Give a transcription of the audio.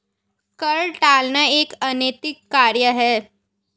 कर टालना एक अनैतिक कार्य है